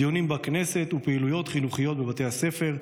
דיונים בכנסת ופעילויות חינוכיות בבתי הספר,